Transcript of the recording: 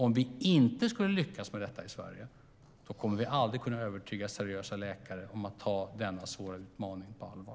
Om vi inte lyckas med detta i Sverige kommer vi aldrig att kunna övertyga seriösa läkare att ta denna svåra utmaning på allvar.